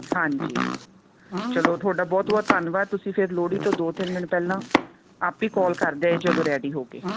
ਹਾਂਜੀ ਚਲੋ ਤੁਹਾਡਾ ਬਹੁਤ ਬਹੁਤ ਧੰਨਵਾਦ ਤੁਸੀਂ ਫਿਰ ਲੋਹੜੀ ਤੋਂ ਦੋ ਤਿੰਨ ਦਿਨ ਪਹਿਲਾਂ ਆਪੇ ਕੋਲ ਕਰ ਦਿਓ ਜਦੋਂ ਰੈਡੀ ਹੋ ਗਏ